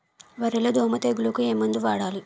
వరిలో దోమ తెగులుకు ఏమందు వాడాలి?